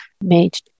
made